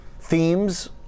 themes